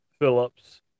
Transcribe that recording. Phillips